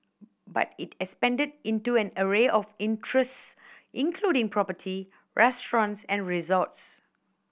but it expanded into an array of interests including property restaurants and resorts